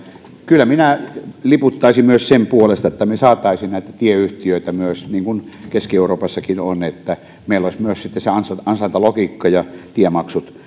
kyllä minä liputtaisin myös sen puolesta että me saisimme näitä tieyhtiöitä myös niin kuin keski euroopassakin on että meillä olisi myös sitten se ansaintalogiikka ja tiemaksut